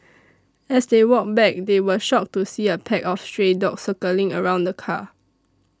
as they walked back they were shocked to see a pack of stray dogs circling around the car